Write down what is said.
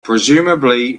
presumably